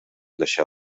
deixar